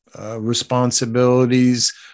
responsibilities